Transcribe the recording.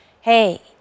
hey